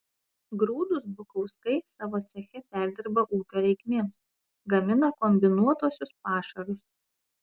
grūdus bukauskai savo ceche perdirba ūkio reikmėms gamina kombinuotuosius pašarus